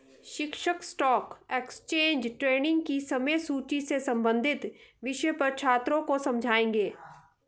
शिक्षक stock exchange trading की समय सूची से संबंधित विषय पर छात्रों को समझाएँगे